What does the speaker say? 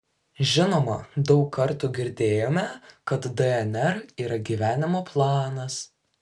žinoma daug kartų girdėjome kad dnr yra gyvenimo planas